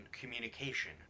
communication